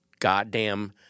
Goddamn